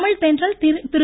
Tamizhthendral Thiru